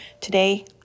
Today